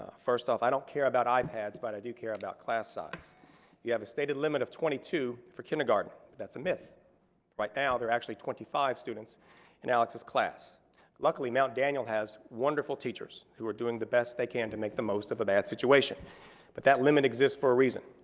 ah first off i don't care about ipads but i do care about class size you have a stated limit of twenty two for kindergarten that's a myth right now they're actually twenty five students in alex's class luckily mount daniel has wonderful teachers who are doing the best they can to make the most of that situation but that limit exists for a reason.